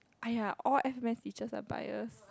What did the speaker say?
!aiya! all A-math teacher are biased